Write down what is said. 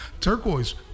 turquoise